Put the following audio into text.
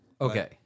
Okay